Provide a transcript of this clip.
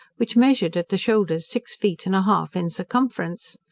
which measured at the shoulders six feet and a half in circumference.